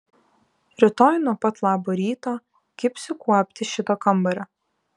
rytoj nuo pat labo ryto kibsiu kuopti šito kambario